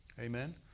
Amen